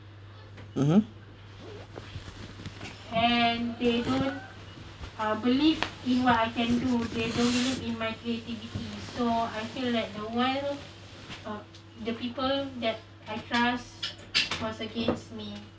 mmhmm